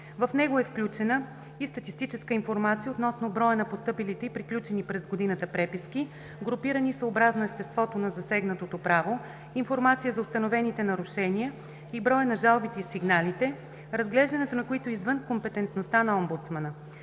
В него е включена и статистическа информация относно броя на постъпилите и приключени през годината преписки, групирани съобразно естеството на засегнатото право, информация за установените нарушения и броя на жалбите и сигналите, разглеждането на които е извън компетентността на омбудсмана.